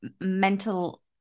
mental